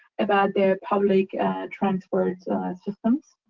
about their public transport systems.